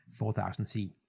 4000C